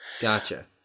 Gotcha